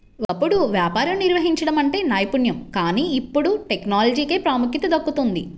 ఒకప్పుడు వ్యాపారం నిర్వహించడం అంటే నైపుణ్యం కానీ ఇప్పుడు టెక్నాలజీకే ప్రాముఖ్యత దక్కుతోంది